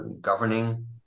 governing